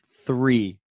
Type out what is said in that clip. three